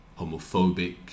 homophobic